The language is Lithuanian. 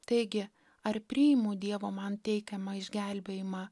taigi ar priimu dievo man teikiamą išgelbėjimą